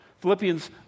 Philippians